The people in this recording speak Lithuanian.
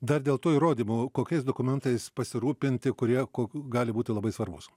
dar dėl to įrodymo kokiais dokumentais pasirūpinti kurie kokių gali būti labai svarbūs